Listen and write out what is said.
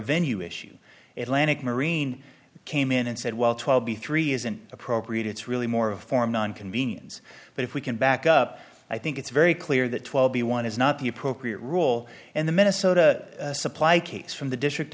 venue issue it landed marien came in and said well twelve b three isn't appropriate it's really more of form non convenience but if we can back up i think it's very clear that twelve b one is not the appropriate rule and the minnesota supply case from the district